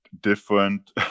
Different